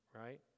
right